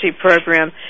program